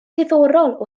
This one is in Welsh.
diddorol